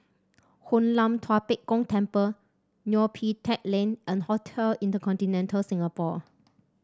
Hoon Lam Tua Pek Kong Temple Neo Pee Teck Lane and Hotel InterContinental Singapore